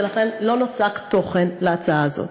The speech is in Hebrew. ולכן לא נוצק תוכן בהצעה הזאת.